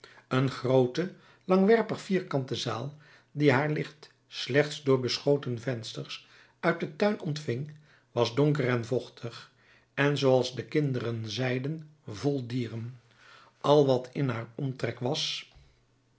een groote langwerpig vierkante zaal die haar licht slechts door beschoten vensters uit den tuin ontving was donker en vochtig en zooals de kinderen zeiden vol dieren al wat in haar omtrek was